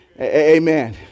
Amen